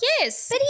Yes